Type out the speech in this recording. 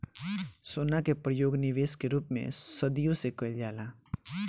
सोना के परयोग निबेश के रूप में सदियों से कईल जाला